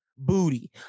booty